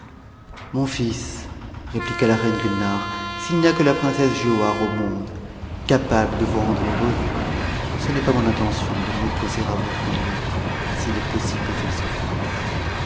mon fils répliqua la reine gulnare s'il n'y a que la princesse giauhare au monde capable de vous rendre heureux ce n'est pas mon intention de m'opposer à votre union s'il est possible qu'elle se fasse